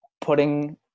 putting